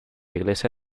iglesia